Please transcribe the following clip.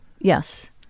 Yes